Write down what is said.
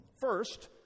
First